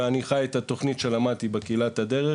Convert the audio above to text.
ואני חי את התכנית שלמדתי בקהילת הדרך.